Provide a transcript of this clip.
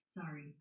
Sorry